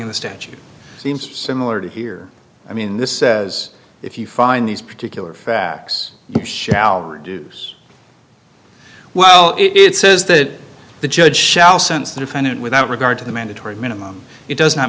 of the statute seems similar to here i mean this says if you find these particular facts shall reduce well it says that the judge shall sense the defendant without regard to the mandatory minimum it does not